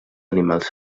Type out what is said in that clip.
animals